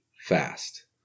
fast